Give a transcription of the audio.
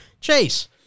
Chase